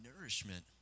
nourishment